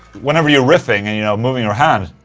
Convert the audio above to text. whenever you're riffing and you know moving your hand.